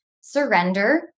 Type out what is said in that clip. surrender